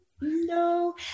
No